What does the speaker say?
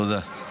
תודה.